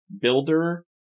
builder